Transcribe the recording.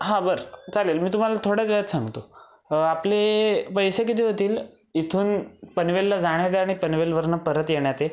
हां बरं चालेल मी तुम्हाला थोड्याच वेळात सांगतो आपले पैसे किती होतील इथून पनवेलला जाण्याचे आणि पनवेलवरून परत येण्याचे